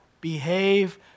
behave